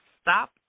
Stop